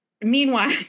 Meanwhile